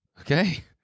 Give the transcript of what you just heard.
Okay